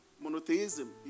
Monotheism